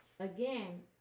Again